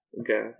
Okay